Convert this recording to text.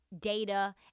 data